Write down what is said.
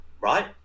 right